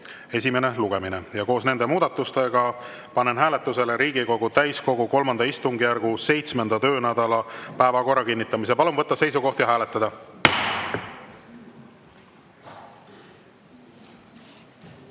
esimene lugemine. Koos nende muudatustega panen hääletusele Riigikogu täiskogu III istungjärgu 7. töönädala päevakorra kinnitamise. Palun võtta seisukoht ja hääletada!